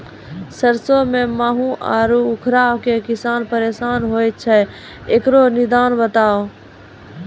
सरसों मे माहू आरु उखरा से किसान परेशान रहैय छैय, इकरो निदान केना होते?